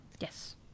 Yes